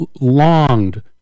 longed